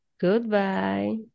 Goodbye